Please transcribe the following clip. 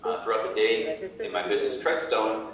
ah throughout the day and my business. treadstone,